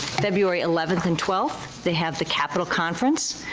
february eleventh and twelfth they have the capitol conference